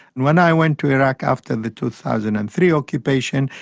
and when i went to iraq after the two thousand and three occupation,